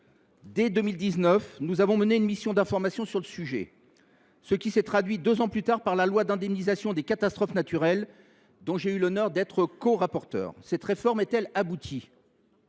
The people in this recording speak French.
Dès 2019, nous avons mené une mission d’information sur le sujet, qui s’est traduite deux ans plus tard par l’adoption de la loi relative à l’indemnisation des catastrophes naturelles, dont j’ai eu l’honneur d’être corapporteur. Cette réforme est elle aboutie ?